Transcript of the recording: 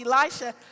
Elisha